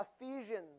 Ephesians